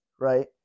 right